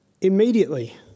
immediately